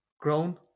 grown